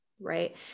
right